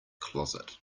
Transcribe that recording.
closet